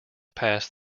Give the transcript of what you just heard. past